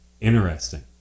Interesting